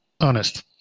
honest